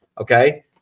okay